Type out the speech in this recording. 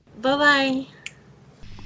Bye-bye